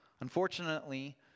Unfortunately